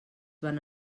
van